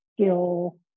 skill